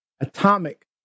Atomic